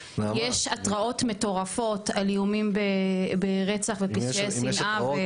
יש התרעות מטורפות על איומים ברצח ופשעי שנאה.